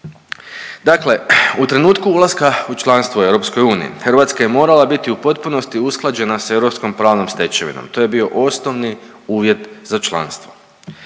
Dakle, u trenutku ulaska u članstvo u EU Hrvatska je morala biti u potpunosti usklađena s europskom pravnom stečevinom. To je bio osnovni uvjet za članstvo.